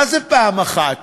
מה זה פעם אחת?